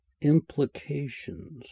implications